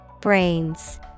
Brains